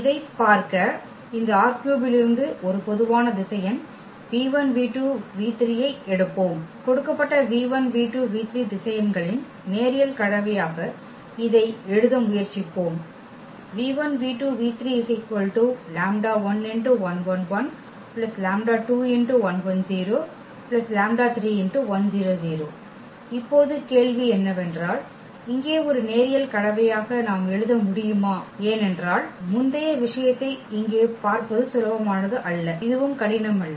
இதைப் பார்க்க இந்த ℝ3 இலிருந்து ஒரு பொதுவான திசையன் ஐ எடுப்போம் கொடுக்கப்பட்ட திசையன்களின் நேரியல் கலவையாக இதை எழுத முயற்சிப்போம் இப்போது கேள்வி என்னவென்றால் இங்கே ஒரு நேரியல் கலவையாக நாம் எழுத முடியுமா ஏனென்றால் முந்தைய விஷயத்தைப் பார்ப்பது இங்கே சுலபமானது அல்ல இதுவும் கடினம் அல்ல